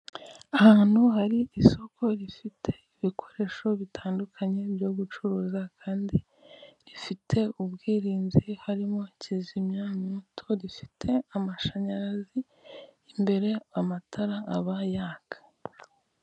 Ahantu hari isoko rifite ibikoresho bitandukanye byo gucuruza kandi rifite ubwirinzi harimo kizimyamwoto rifite amashanyarazi imbere amatara aba yaka.